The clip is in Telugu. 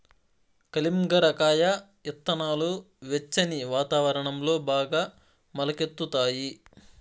కలింగర కాయ ఇత్తనాలు వెచ్చని వాతావరణంలో బాగా మొలకెత్తుతాయి